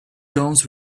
guns